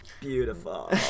Beautiful